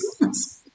months